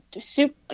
soup